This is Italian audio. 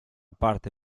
parte